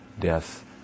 death